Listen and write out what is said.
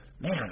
Man